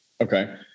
Okay